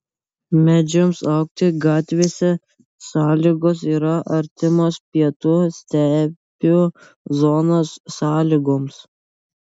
medžiams augti gatvėse sąlygos yra artimos pietų stepių zonos sąlygoms